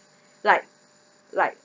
like like